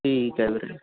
ਠੀਕ ਹੈ ਵੀਰੇ